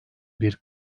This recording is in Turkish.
bir